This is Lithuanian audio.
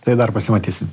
tai dar pasimatysim